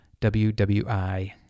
WWI